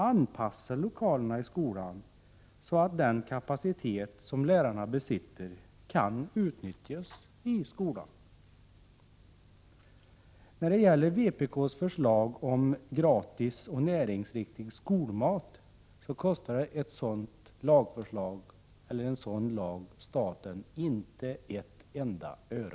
Anpassa lokalerna i skolan, så att den kapacitet som lärarna besitter kan utnyttjas i skolan! När det gäller vpk:s förslag om gratis och näringsriktig skolmat, vill jag säga att en sådan lag som det här är fråga om inte kostar staten ett enda öre.